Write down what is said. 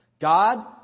God